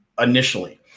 initially